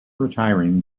retiring